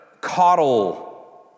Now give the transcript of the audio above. coddle